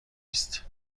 است